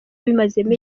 ubimazemo